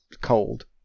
Cold